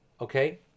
Okay